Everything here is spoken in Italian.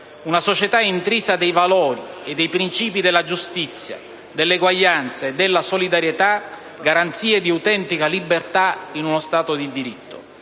una società intrisa dei valori e dei principi della giustizia, dell'eguaglianza e della solidarietà è garanzia di autentica libertà in uno Stato di diritto.